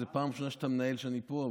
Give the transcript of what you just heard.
שזאת פעם ראשונה שאתה מנהל כשאני מדבר.